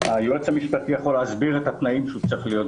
היועץ המשפטי יכול להסביר את התנאים שהוא צריך לעמוד בהם,